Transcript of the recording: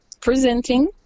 presenting